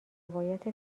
روایت